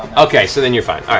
okay, so then you're fine,